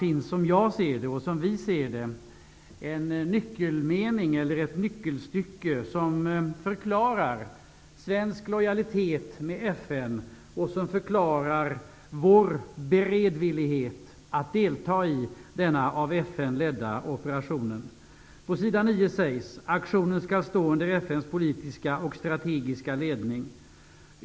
I det här betänkandet finns ett nyckelstycke, som förklarar svensk lojalitet med FN och som förklarar vår beredvillighet att delta i denna av FN ledda operation. På s. 9 står det: ''Aktionen skall stå under FN:s politiska och strategiska ledning.